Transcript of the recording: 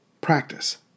practice